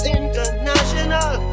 international